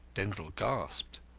denzil gasped,